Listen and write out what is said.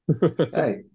Hey